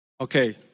Okay